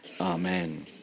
Amen